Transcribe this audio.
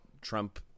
trump